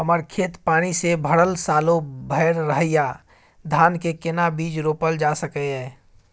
हमर खेत पानी से भरल सालो भैर रहैया, धान के केना बीज रोपल जा सकै ये?